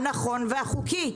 הנכון והחוקי?